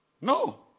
No